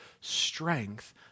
strength